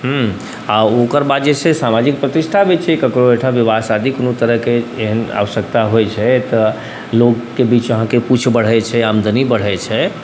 हुँ आओर ओकर बाद जे छै से सामाजिक प्रतिष्ठा भी छै ककरो ओहिठाम बिआह शादी कोनो तरहके जेहन आवश्यकता होइ छै तऽ लोकके बीच अहाँके पूछ बढ़ै छै आमदनी बढ़ै छै